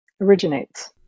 originates